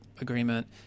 Agreement